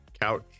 couch